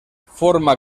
forma